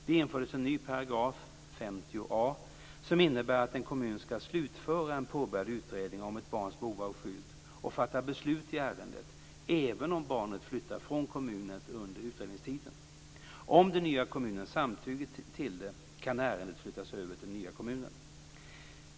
Det infördes en ny paragraf, 50 a, som innebär att en kommun skall slutföra en påbörjad utredning om ett barns behov av skydd och fatta beslut i ärendet även om barnet flyttar från kommunen under utredningstiden. Om den nya kommunen samtycker till det kan ärendet flyttas över till den nya kommunen.